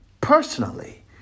personally